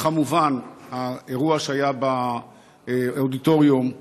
וכמובן האירוע שהיה באודיטוריום,